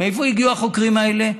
מאיפה הגיעו החוקרים האלה?